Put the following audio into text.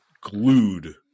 glued